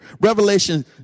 Revelation